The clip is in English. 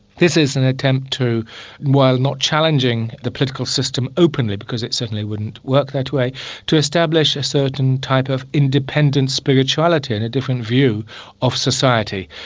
this is an attempt to while not challenging the political system openly, because it certainly wouldn't work that way to establish a certain type of independent spirituality and a different view of society.